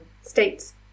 states